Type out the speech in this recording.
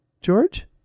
George